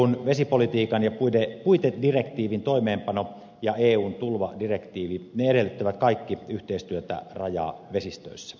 eun vesipolitiikan ja puitedirektiivin toimeenpano ja eun tulvadirektiivi edellyttävät kaikki yhteistyötä rajavesistöissä